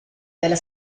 della